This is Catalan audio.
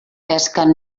pesquen